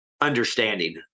understanding